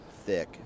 thick